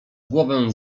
głowę